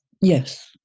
Yes